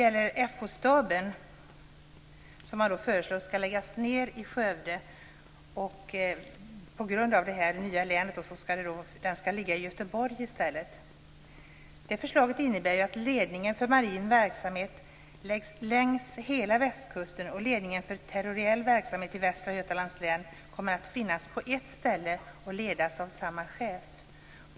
FO-staben i Skövde föreslås bli nedlagd. På grund av det nya storlänet skall den i stället ligga i Göteborg. Det förslaget innebär att ledningen för marin verksamhet läggs längs hela västkusten, och ledningen för territoriell verksamhet i Västra Götalands län kommer att finnas på ett ställe och ledas av samma chef.